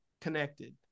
connected